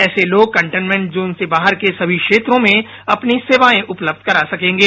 ऐसे लोग containment zone से बाहर के सभी क्षेत्रों में अपनी सेवाएं उपलब्ध करा सकेंगे